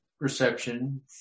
perception